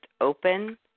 open –